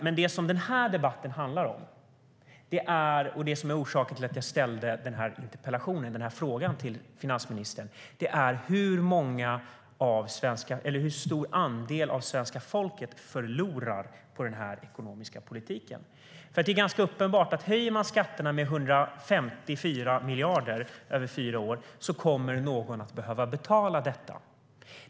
Men det som den här debatten handlar om, och som är orsaken till att jag ställde den här interpellationen till finansministern, är hur stor andel av svenska folket som förlorar på denna ekonomiska politik. Det är ganska uppenbart att om man höjer skatterna med 154 miljarder över fyra år kommer någon att behöva betala detta.